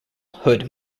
hood